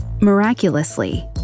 Miraculously